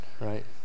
right